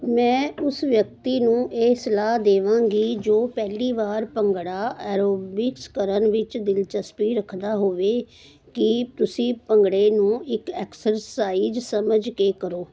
ਮੈਂ ਉਸ ਵਿਅਕਤੀ ਨੂੰ ਇਹ ਸਲਾਹ ਦੇਵਾਂਗੀ ਜੋ ਪਹਿਲੀ ਵਾਰ ਭੰਗੜਾ ਐਰੋਬਿਕਸ ਕਰਨ ਵਿੱਚ ਦਿਲਚਸਪੀ ਰੱਖਦਾ ਹੋਵੇ ਕਿ ਤੁਸੀਂ ਭੰਗੜੇ ਨੂੰ ਇੱਕ ਐਕਸਰਸਾਈਜ਼ ਸਮਝ ਕੇ ਕਰੋ